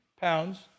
pounds